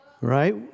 Right